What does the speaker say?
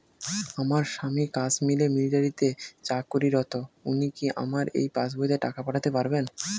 আমার স্বামী কাশ্মীরে মিলিটারিতে চাকুরিরত উনি কি আমার এই পাসবইতে টাকা পাঠাতে পারবেন?